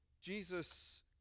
Jesus